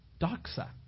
doxa